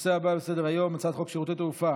הנושא הבא בסדר-היום, הצעת חוק שירותי תעופה